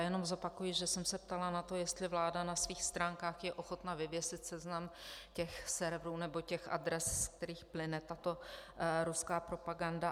Jenom zopakuji, že jsem se ptala na to, jestli vláda na svých stránkách je ochotna vyvěsit seznam těch serverů nebo adres, ze kterých plyne tato ruská propaganda.